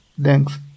Thanks